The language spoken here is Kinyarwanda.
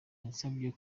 yansabye